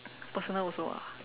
personal also ah